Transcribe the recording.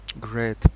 great